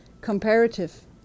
comparative